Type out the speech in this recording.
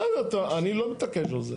בסדר, אני לא מתעקש על זה.